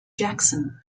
jackson